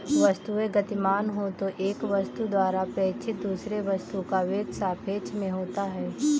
वस्तुएं गतिमान हो तो एक वस्तु द्वारा प्रेक्षित दूसरे वस्तु का वेग सापेक्ष में होता है